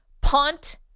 punt